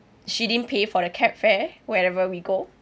she didn't pay for the cab fare wherever we go